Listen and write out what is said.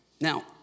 Now